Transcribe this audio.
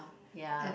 ya